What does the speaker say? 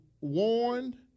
warned